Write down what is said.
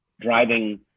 driving